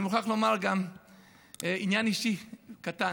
אני מוכרח לומר גם עניין אישי קטן: